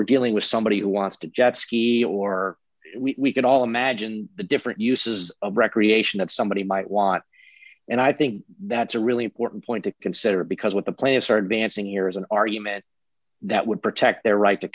we're dealing with somebody who wants to jet ski or we can all imagine the different uses a recreation of somebody might want and i think that's a really important point to consider because what the players started dancing here is an argument that would protect their right to